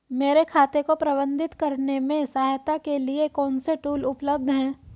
मेरे खाते को प्रबंधित करने में सहायता के लिए कौन से टूल उपलब्ध हैं?